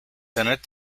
senate